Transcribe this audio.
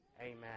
Amen